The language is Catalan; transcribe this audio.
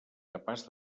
capaç